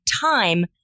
time